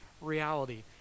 reality